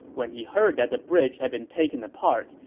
when he heard that the bridge had been taken apart,